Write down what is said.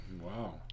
wow